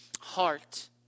heart